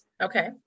Okay